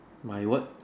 my what